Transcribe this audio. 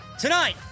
Tonight